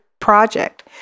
project